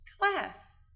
class